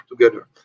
together